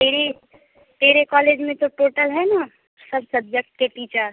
तेरे तेरे कॉलेज में तो टोटल है ना सब सब्जेक्ट के टीचर